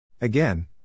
Again